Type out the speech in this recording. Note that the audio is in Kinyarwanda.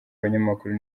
abanyamakuru